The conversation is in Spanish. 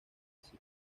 así